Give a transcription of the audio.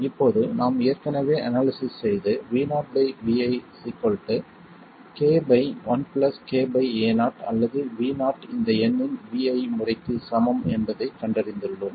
இப்போது நாம் ஏற்கனவே அனாலிசிஸ் செய்து Vo Vi k 1 k Ao அல்லது Vo இந்த எண்ணின் Vi முறைக்கு சமம் என்பதைக் கண்டறிந்துள்ளோம்